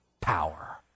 power